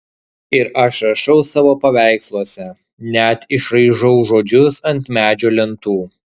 ir aš rašau savo paveiksluose net išraižau žodžius ant medžio lentų